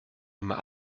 immer